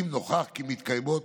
אם נוכח כי מתקיימות